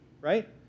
right